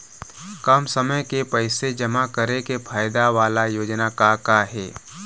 कम समय के पैसे जमा करे के फायदा वाला योजना का का हे?